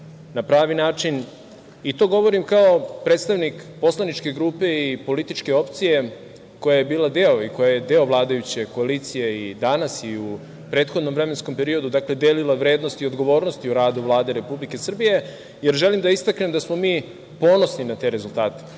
na pravi način. To govorim kao predstavnik poslaničke grupe i političke opcije koja je bila deo i koja je deo vladajuće koalicije i danas i u prethodnom vremenskom periodu, dakle, delila vrednosti i odgovornosti u radu Vlade Republike Srbije, jer želim da istaknem da smo mi ponosni na te rezultate. Kada